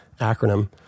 acronym